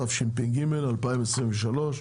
התשפ"ג-2023.